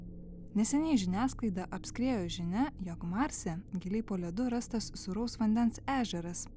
neseniai žiniasklaidą apskriejo žinia jog marse giliai po ledu rastas sūraus vandens ežeras